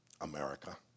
America